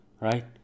right